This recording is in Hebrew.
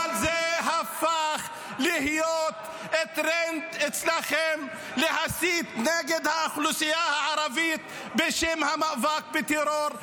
אבל זה הפך טרנד אצלכם להסית נגד האוכלוסייה הערבית בשם המאבק בטרור.